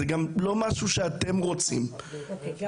זה גם לא משהו שאתם רוצים שיראו.